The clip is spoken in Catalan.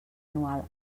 anual